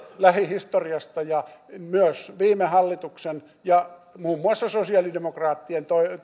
lähihistoriasta ja myös viime hallituksen ja muun muassa sosialidemokraattien